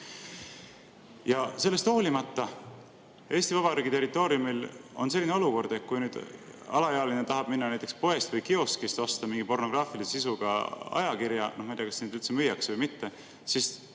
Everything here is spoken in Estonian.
Ja sellest hoolimata Eesti Vabariigi territooriumil on selline olukord, et kui alaealine tahab minna ja osta näiteks poest või kioskist mingi pornograafilise sisuga ajakirja – no ma ei tea, kas neid üldse müüakse või mitte –, siis